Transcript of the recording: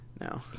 No